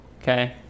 okay